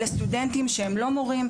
אלה סטודנטים שאינם מורים.